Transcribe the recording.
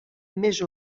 més